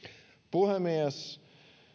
puhemies